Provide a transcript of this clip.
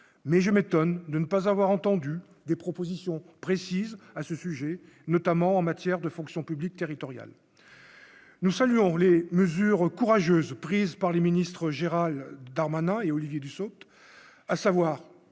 mais je m'étonne de ne pas avoir entendu des propositions précises à ce sujet, notamment en matière de fonction publique territoriale, nous saluons-les mesure courageuse prise par les ministres, Gérald Darmanin et Olivier Dussopt, à savoir